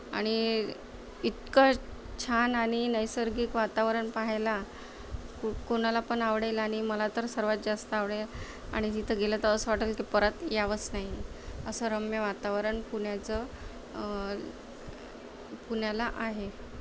आणि इतकं छान आणि नैसर्गिक वातावरण पाहायला कु कुणाला पण आवडेल आणि मला तर सर्वात जास्त आवडेल आणि तिथं गेलं तर असं वाटेल की परत यावंसं नाही असं रम्य वातावरण पुण्याचं पुण्याला आहे